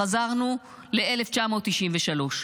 חזרנו ל-1993.